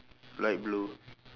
light blue